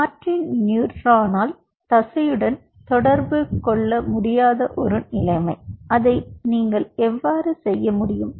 Martin நியூரானால் தசையுடன் தொடர்பு கொள்ள முடியாத ஒரு நிலைமை அதை நீங்கள் எவ்வாறு செய்ய முடியும்